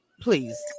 please